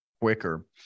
quicker